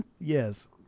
Yes